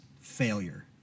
failure